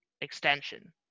extension